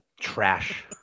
trash